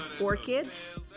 Orchids